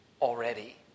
already